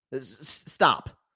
Stop